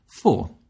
Four